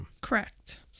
Correct